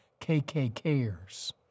KKKers